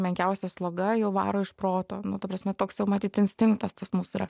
menkiausia sloga jau varo iš proto nu ta prasme toks matyt instinktas tas mūsų yra